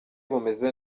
bumeze